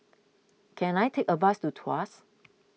can I take a bus to Tuas